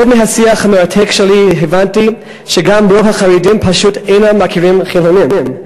עוד הבנתי מהשיח המרתק שלי שגם רוב החרדים פשוט אינם מכירים חילונים.